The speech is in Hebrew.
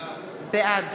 בעד